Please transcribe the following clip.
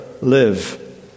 live